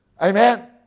Amen